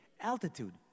altitude